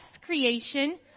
creation